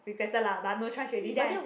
regretted lah but no chance already then I say